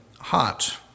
hot